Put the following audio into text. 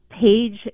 page